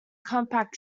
compact